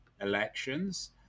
elections